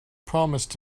promised